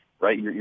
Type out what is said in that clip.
Right